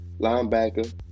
linebacker